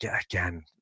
again